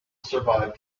survive